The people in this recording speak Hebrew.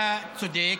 אתה צודק,